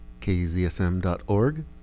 KZSM.org